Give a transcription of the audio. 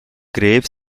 grave